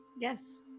Yes